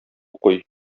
куй